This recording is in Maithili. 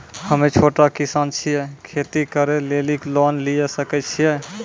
हम्मे छोटा किसान छियै, खेती करे लेली लोन लिये सकय छियै?